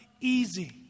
easy